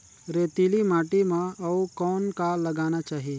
रेतीली माटी म अउ कौन का लगाना चाही?